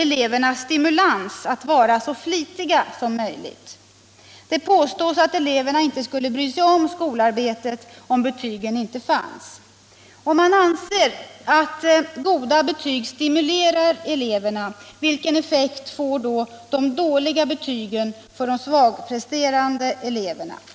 eleverna stimulans att vara så flitiga som möjligt. Det påstås att eleverna inte skulle bry sig om skolarbetet om inte betygen fanns. Om man anser att goda betyg stimulerar eleverna, vilken effekt får då de dåliga betygen för de svagpresterande eleverna? 3.